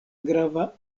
grava